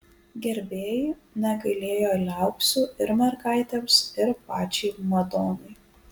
gerbėjai negailėjo liaupsių ir mergaitėms ir pačiai madonai